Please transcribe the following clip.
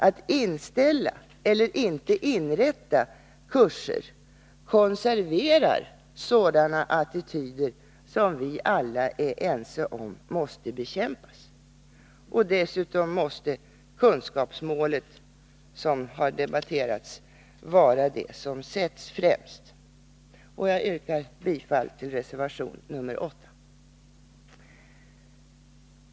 Att inställa eller inte inrätta kurser konserverar sådana attityder som vi alla är ense om måste bekämpas. Dessutom måste kunskapsmålet, vilket har debatterats, vara det som sätts främst. Jag yrkar bifall till reservation nr 8.